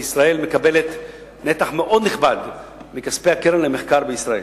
כי ישראל מקבלת נתח מאוד נכבד מכספי הקרן למחקר בישראל.